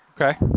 Okay